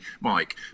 Mike